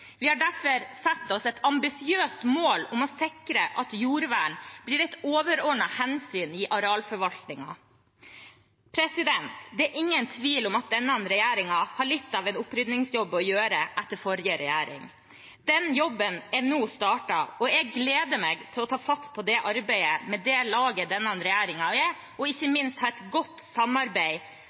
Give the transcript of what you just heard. Vi har derfor satt oss et ambisiøst mål om å sikre at jordvern blir et overordnet hensyn i arealforvaltningen. Det er ingen tvil om at denne regjeringen har litt av en opprydningsjobb å gjøre etter forrige regjering. Den jobben er nå startet. Jeg gleder meg til å ta fatt på det arbeidet med det laget denne regjeringen er, og ikke minst ha et godt samarbeid